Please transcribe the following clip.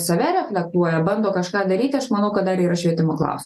save reflektuoja bando kažką daryti aš manau kad dar yra švietimo klaus